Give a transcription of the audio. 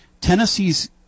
Tennessee's